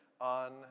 on